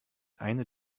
eine